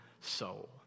soul